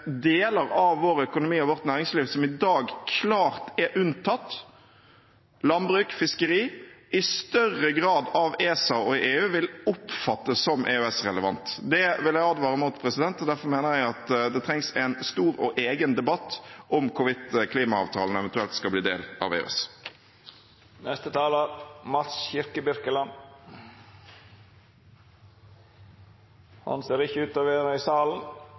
deler av vår økonomi og vårt næringsliv som i dag klart er unntatt – landbruk, fiskeri – i større grad vil oppfattes som EØS-relevant av ESA og EU. Det vil jeg advare mot, og derfor mener jeg at det trengs en stor og egen debatt om hvorvidt klimaavtalen eventuelt skal bli del av